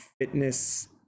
fitness